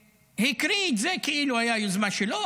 הקריא את זה כאילו זו הייתה יוזמה שלו.